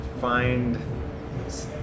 find